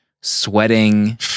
sweating